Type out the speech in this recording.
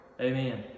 Amen